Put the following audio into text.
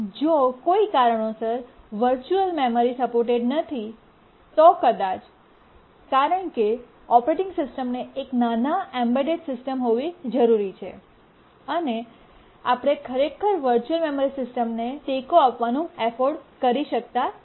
જો કોઈ કારણોસર વર્ચુઅલ મેમરી સપોર્ટેડ નથી તો કદાચ કારણ કે ઓપરેટિંગ સિસ્ટમને એક નાના એમ્બેડ સિસ્ટમ હોવી જરૂરી છે અને આપણે ખરેખર વર્ચુઅલ મેમરી સિસ્ટમને ટેકો આપવાનું અફફોર્ડ કરી શકતા નથી